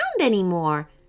anymore